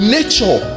Nature